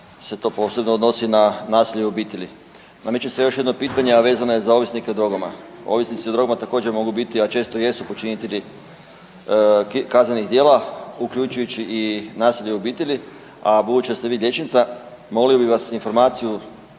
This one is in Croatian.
se to posebno odnosi na nasilje u obitelji. Nameće se još jedno pitanje, a vezano je za ovisnike o drogama. Ovisnici o drogama također mogu biti, a često i jesu počinitelji kaznenih djela uključujući i nasilje u obitelji, a budući da ste vi liječnica molio bih vas informaciju